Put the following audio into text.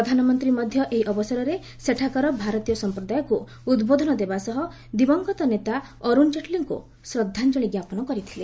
ପ୍ରଧାନମନ୍ତ୍ରୀ ମଧ୍ୟ ଏହି ଅବସରରେ ସେଠାକାର ଭାରତୀୟ ସମ୍ପ୍ରଦାୟକୁ ଉଦ୍ବୋଧନ ଦେବା ସହ ଦିବଂଗତ ନେତା ଅରୁଣ ଜେଟ୍ଲୀଙ୍କୁ ଶ୍ରଦ୍ଧାଞ୍ଚଳି ଜ୍ଞାପନ କରିଥିଲେ